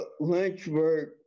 Lynchburg